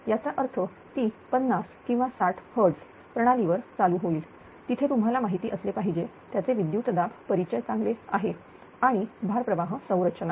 याचा अर्थ ती 50 किंवा 60 hertz प्रणालीवर चालू होईल तिथे तुम्हाला माहिती असले पाहिजे त्याचे विद्युतदाब परिचय चांगले आहे आणि भार प्रवाह संरचना